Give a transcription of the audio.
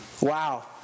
Wow